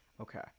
okay